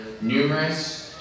numerous